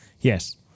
yes